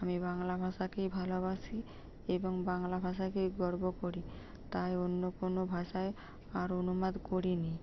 আমি বাংলা ভাষাকেই ভালোবাসি এবং বাংলা ভাষাকেই গর্ব করি তাই অন্য কোনো ভাষায় আর অনুবাদ করি নি